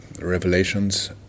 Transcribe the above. revelations